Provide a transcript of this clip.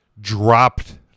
dropped